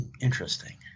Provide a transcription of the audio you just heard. interesting